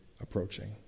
approaching